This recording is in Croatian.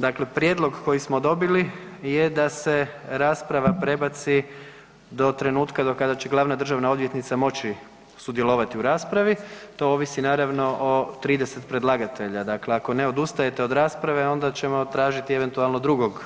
Dakle, prijedlog koji smo dobili je da se rasprava prebaci do trenutka do kada će glavna državna odvjetnica moći sudjelovati u raspravi, to ovisi naravno o 30 predlagatelja, dakle ako ne odustajete od rasprave onda ćemo tražiti eventualno drugog